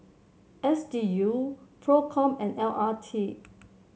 S D U Procom and L R T